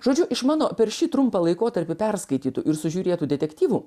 žodžiu iš mano per šį trumpą laikotarpį perskaitytų ir sužiūrėtų detektyvų